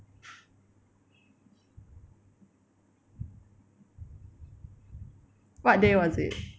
what day was it